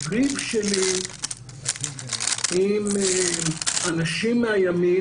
-- ריב שלי עם אנשים מהימין,